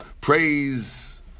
praise